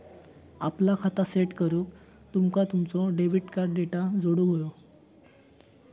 आपला खाता सेट करूक तुमका तुमचो डेबिट कार्ड डेटा जोडुक व्हयो